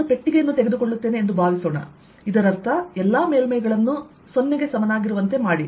ನಾನು ಪೆಟ್ಟಿಗೆಯನ್ನು ತೆಗೆದುಕೊಳ್ಳುತ್ತೇನೆ ಎಂದು ಭಾವಿಸೋಣ ಇದರರ್ಥ ಎಲ್ಲಾ ಮೇಲ್ಮೈಗಳನ್ನು 0 ಗೆ ಸಮನಾಗಿರುವಂತೆ ಮಾಡಿ